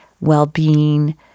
well-being